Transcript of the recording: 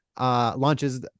launches